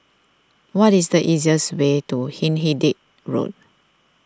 what is the easiest way to Hindhede Road